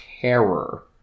Terror